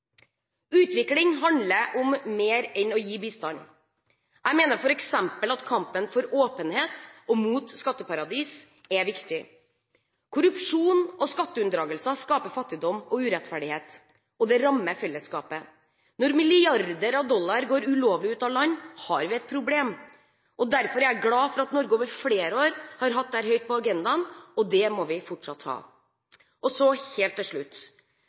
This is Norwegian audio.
Utvikling handler om mer enn å gi bistand. Jeg mener f.eks. at kampen for åpenhet og mot skatteparadis er viktig. Korrupsjon og skatteunndragelser skaper fattigdom og urettferdighet, og det rammer fellesskapet. Når milliarder av dollar går ulovlig ut av land, har vi et problem. Derfor er jeg glad for at Norge over flere år har hatt dette høyt på agendaen, og det må vi fortsatt ha. Helt til slutt: